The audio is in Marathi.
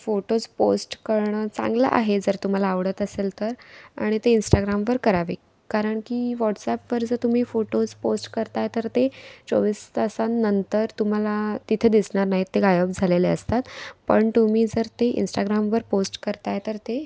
फोटोज पोस्ट करणं चांगलं आहे जर तुम्हाला आवडत असेल तर आणि ते इंस्टाग्रामवर करावे कारण की व्हाॅट्सॲपवर जर तुम्ही फोटोज पोस्ट करत आहे तर ते चोवीस तासांनंतर तुम्हाला तिथे दिसणार नाही ते गायब झालेले असतात पण तुम्ही जर ते इंस्टाग्रामवर पोस्ट करत आहे तर ते